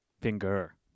finger